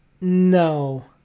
No